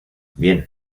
bien